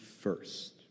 first